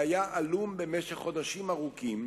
שהיה עלום במשך חודשים ארוכים,